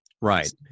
Right